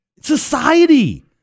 Society